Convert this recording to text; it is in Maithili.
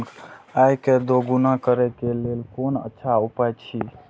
आय के दोगुणा करे के लेल कोन अच्छा उपाय अछि?